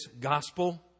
gospel